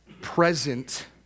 present